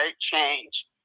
change